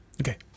Okay